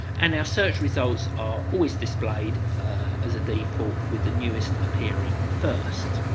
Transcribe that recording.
and our search results are always displayed as a default with the newest appearing first.